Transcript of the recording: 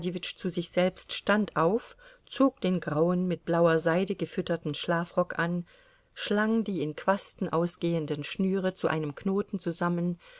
zu sich selbst stand auf zog den grauen mit blauer seide gefütterten schlafrock an schlang die in quasten ausgehenden schnüre zu einem knoten zusammen